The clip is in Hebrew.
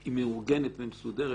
היא מאורגנת ומסודרת,